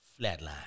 Flatline